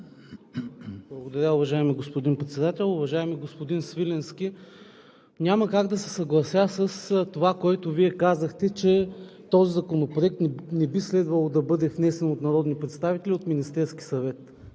Благодаря, уважаеми господин Председател. Уважаеми господин Свиленски, няма как да се съглася с това, което Вие казахте, че този законопроект не би следвало да бъде внесен от народни представители, а от Министерския съвет.